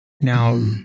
Now